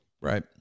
Right